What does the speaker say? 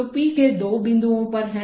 तो p के दो बिंदुओं पर है